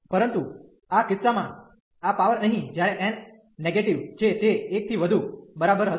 પરંતુ આ કિસ્સામાં આ પાવર અહીં જ્યારે n નેગેટિવ છે તે 1 થી વધુ બરાબર હશે